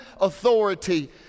authority